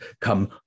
come